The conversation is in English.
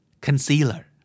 Concealer